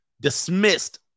dismissed